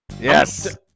Yes